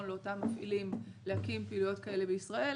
לאותם מפעילים להקים פעילויות כאלה בישראל,